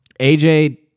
AJ